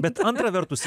bet antra vertus